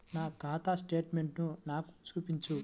నా ఖాతా స్టేట్మెంట్ను నాకు చూపించు